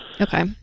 Okay